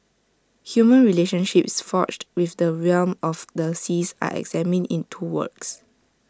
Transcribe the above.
human relationships forged within the realm of the seas are examined in two works